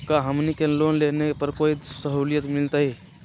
का हमनी के लोन लेने पर कोई साहुलियत मिलतइ?